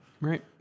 Right